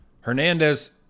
Hernandez